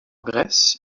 grèce